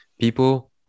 People